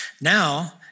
Now